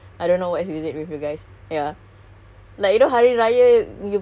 I saw that coming from a mile away